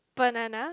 banana